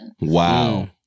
Wow